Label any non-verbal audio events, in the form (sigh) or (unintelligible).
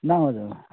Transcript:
(unintelligible)